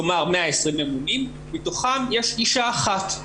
כלומר 120 ממונים מתוכם יש אישה אחת,